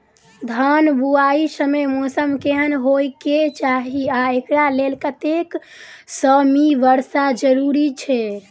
धान बुआई समय मौसम केहन होइ केँ चाहि आ एकरा लेल कतेक सँ मी वर्षा जरूरी छै?